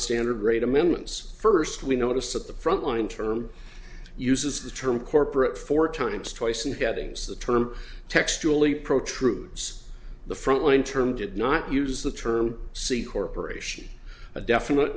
nonstandard rate amendments first we notice that the front line term uses the term corporate four times twice in headings the term textually protrudes the frontline term did not use the term c corporation a definite